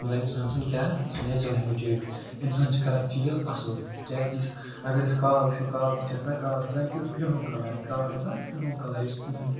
مگر اِنسان سُنٛد کیٛاہ سُہ نٮ۪چٕرَل ہٮ۪بِٹیٹ اِنسان چھِ کران فیٖل اَصٕل کیٛازِ یُس اَگر أسۍ کاو وُچھٕو کاو کیُتھ چھِ آسان کاو چھِ آسان کیُتھ کرُہُن کَلَر ناوَس چھِ آسان کرُہُن کَلَر یُس تٔمۍ